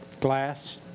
glass